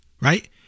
right